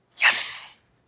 Yes